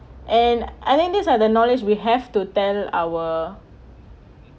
and I think these are the knowledge we have to tell our